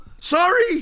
Sorry